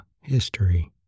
History